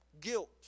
guilt